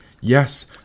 Yes